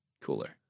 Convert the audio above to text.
cooler